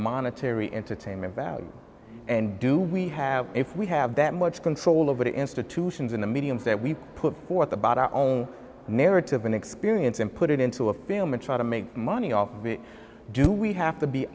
monetary entertainment value and do we have if we have that much control over the institutions in the mediums that we put forth about our own narrative and experience and put it into a film and try to make money off of it do we have to be